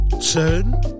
turn